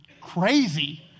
crazy